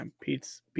Pete's